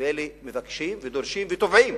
ואלה מבקשים ודורשים ותובעים,